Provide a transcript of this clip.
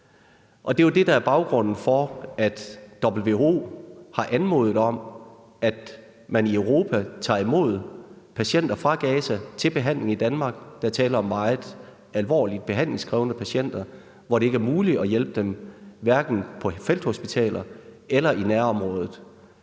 der er baggrunden for, at WHO har anmodet om, at man i Europa tager imod patienter fra Gaza til behandling i Danmark. Der er tale om meget alvorligt behandlingskrævende patienter, hvor det ikke er muligt at hjælpe dem, hverken på felthospitaler eller i nærområdet.